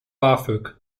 bafög